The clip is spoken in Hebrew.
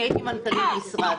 אני הייתי מנכ"לית משרד.